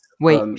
Wait